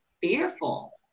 fearful